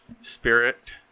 spirit